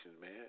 man